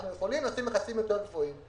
אנחנו יכולים לשים מכסים גבוהים יותר.